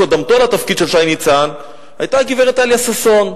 קודמתו לתפקיד של שי ניצן היתה הגברת טליה ששון,